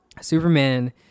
superman